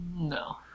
No